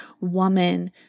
woman